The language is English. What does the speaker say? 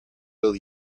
will